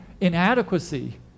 inadequacy